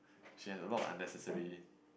she has a lot of unnecessary